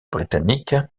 britannique